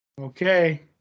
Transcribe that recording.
okay